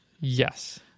Yes